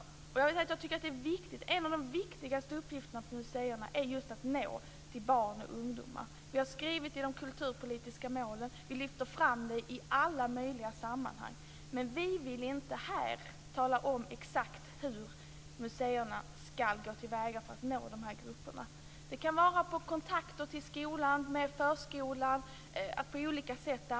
Jag vill säga att jag tycker att en av de viktigaste uppgifterna för museerna just är att nå barn och ungdomar. Vi har skrivit det i de kulturpolitiska målen. Vi lyfter fram det i alla möjliga sammanhang, men vi vill inte här tala om exakt hur museerna ska gå till väga för att nå dessa grupper. Det kan vara kontakter med skolan och förskolan och arbete på olika sätt.